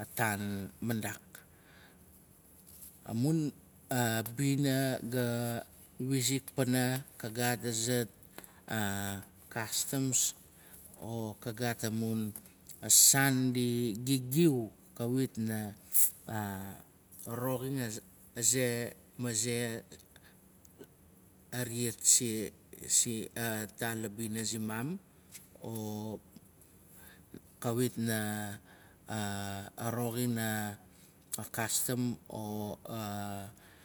atan mandaak. Amun bina ga wizik pana. ka gaat azat kastams o ka gaat amun saan di gigiu. kawit na roxin aze. maze ariat se o ta la bina simam. o kawit na roxina kastam o.